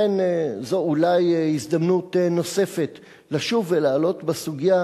לכן, זו אולי הזדמנות נוספת לשוב ולהעלות בסוגיה